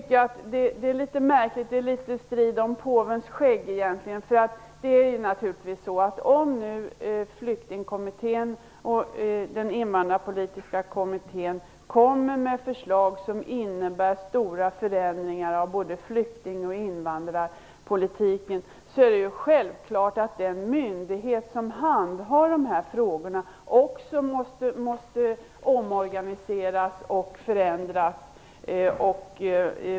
Detta är litet märkligt, litet strid om påvens skägg egentligen, för om Flyktingpolitiska kommittén och Invandrarpolitiska kommittén presenterar förslag som innebär stora förändringar av både flykting och invandringspolitiken är det självklart att den myndighet som handhar de här frågorna också måste omorganiseras och förändras.